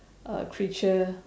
uh creature